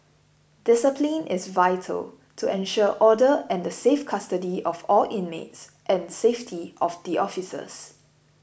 discipline is vital to ensure order and the safe custody of all inmates and safety of the officers